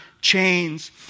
chains